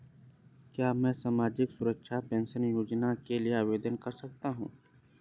क्या मैं सामाजिक सुरक्षा पेंशन योजना के लिए आवेदन कर सकता हूँ?